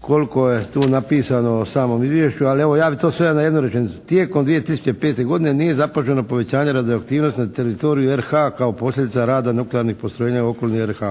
koliko je tu napisano u samom izvješću ali evo ja bih to sveo na jednu rečenicu: «Tijekom 2005. godine nije zapaženo povećanje radio aktivnosti na teritoriju RH kao posljedica rada nuklearnih postrojenja u okolini RH.»